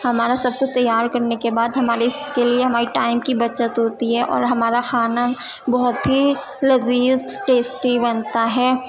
ہمارا سب کچھ تیار کرنے کے بعد ہمارے اس کے لیے ہمارے ٹائم کی بچت ہوتی ہے اور ہمارا کھانا بہت ہی لذیذ ٹیسٹی بنتا ہے